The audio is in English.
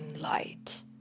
light